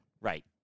Right